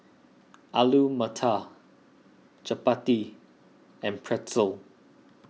Alu Matar Chapati and Pretzel